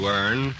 earn